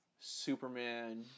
Superman